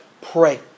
Pray